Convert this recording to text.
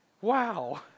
Wow